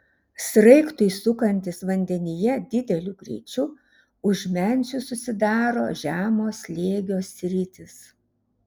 sraigtui sukantis vandenyje dideliu greičiu už menčių susidaro žemo slėgio sritys